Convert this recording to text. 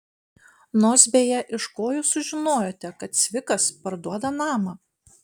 nors beje iš ko jūs sužinojote kad cvikas parduoda namą